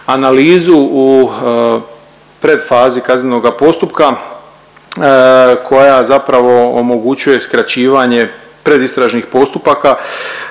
analizu u predfazi kaznenoga postupka koja zapravo omogućuje skraćivanje predistražnih postupaka